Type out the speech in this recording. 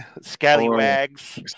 scallywags